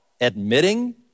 admitting